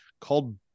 called